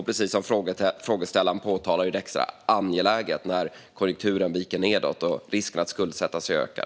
Precis som frågeställaren påpekade är detta extra angeläget när konjunkturen viker nedåt och risken att skuldsätta sig ökar.